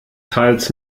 teils